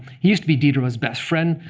he used to be diderot's best friend.